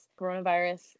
coronavirus